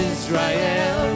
Israel